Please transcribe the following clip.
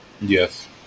yes